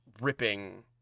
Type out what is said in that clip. ripping